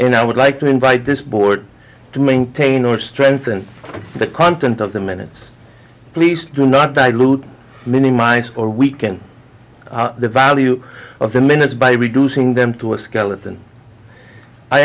and i would like to invite this board to maintain or strengthen the content of the minutes please do not dilute minimized or weaken the value of the minutes by reducing them to a skeleton i